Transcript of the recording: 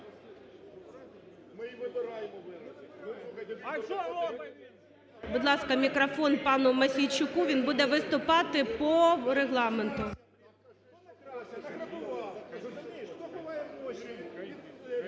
Будь ласка, мікрофон пану Мосійчуку, він буде виступати по регламенту.